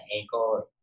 ankle